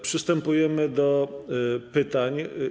Przystępujemy do pytań.